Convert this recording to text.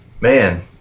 man